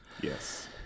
Yes